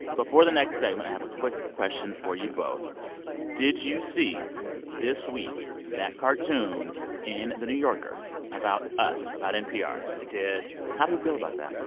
before the next segment, i have a quick question for you both did you see this week that cartoon in the new yorker about us about npr? i did how do we feel about that?